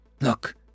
Look